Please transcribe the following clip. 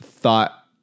thought